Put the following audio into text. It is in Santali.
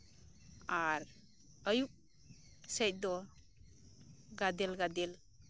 ᱟᱨ ᱟᱹᱭᱩᱵ ᱥᱮᱫ ᱫᱚ ᱜᱟᱫᱮᱞ ᱜᱟᱫᱮᱞ